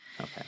Okay